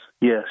yes